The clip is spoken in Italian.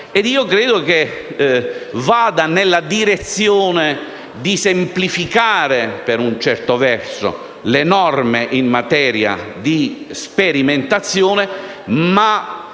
Credo che essa vada nella direzione di semplificare, per un certo verso, le norme in materia di sperimentazione, ma